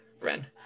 Ren